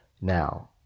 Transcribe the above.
Now